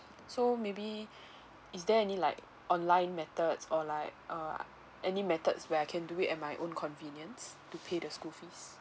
so maybe is there any like online methods or like uh any methods where I can do it at my own convenience to pay the school fees